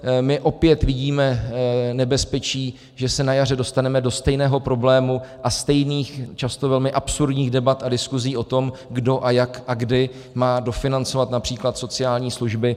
My opět vidíme nebezpečí, že se na jaře dostaneme do stejného problému a stejných, často velmi absurdních debat a diskuzí o tom, kdo a jak a kdy má dofinancovat například sociální služby.